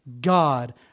God